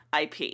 IP